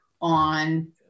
on